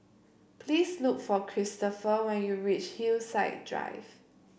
please look for Kristopher when you reach Hillside Drive